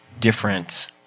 different